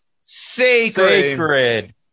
sacred